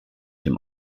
dem